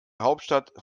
hauptstadt